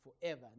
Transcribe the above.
forever